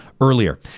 earlier